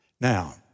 Now